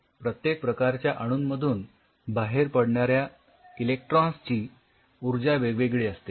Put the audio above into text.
प्रत्येक प्रकारच्या अणुंमधून बाहेर पडणाऱ्या इलेक्रॉन्सची ऊर्जा वेगवेगळी असते